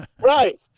Right